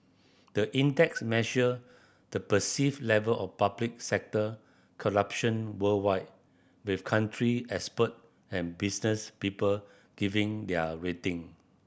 the index measure the perceived level of public sector corruption worldwide with country expert and business people giving their rating